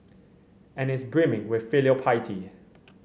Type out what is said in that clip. and is brimming with filial piety